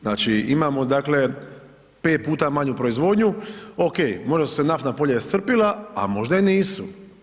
Znači imamo dakle 5 puta manju proizvodnju, ok, možda su se naftna polja iscrpila a možda i nisu.